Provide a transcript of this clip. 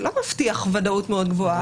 זה לא מבטיח ודאות מאוד גבוהה.